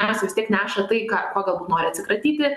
nes vis tiek neša tai ką ko galbūt nori atsikratyti